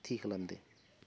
थि खालामदों